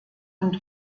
und